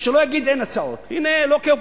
שלא יגיד: אין הצעות.